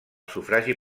sufragi